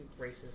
racist